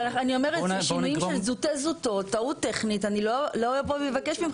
שינויים של זוטות, טעות טכנית, אני לא אבוא ואבקש.